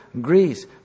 Greece